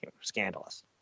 scandalous